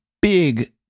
big